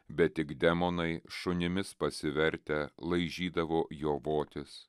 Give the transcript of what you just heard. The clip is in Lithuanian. bet tik demonai šunimis pasivertę laižydavo jo votis